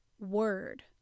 word